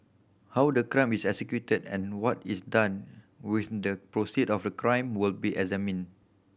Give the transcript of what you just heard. how the crime is executed and what is done with the proceed of the crime will be examined